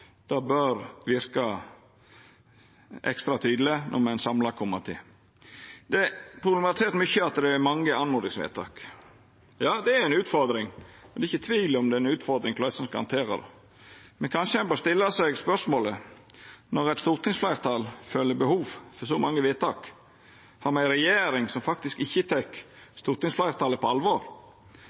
Det bør verka ekstra tydeleg når me er ein samla komité. Det er problematisert mykje at det er mange oppmodingsvedtak. Ja, det er ei utfordring. Det er ikkje tvil om at det er ei utfordring korleis ein skal handtera det, men kanskje ein bør stilla seg spørsmålet: Når eit stortingsfleirtal føler behov for så mange vedtak, har me ei regjering som faktisk ikkje tek stortingsfleirtalet på alvor?